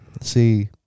See